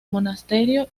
monasterio